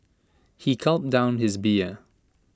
he gulped down his beer